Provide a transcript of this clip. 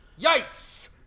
Yikes